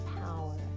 power